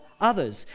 others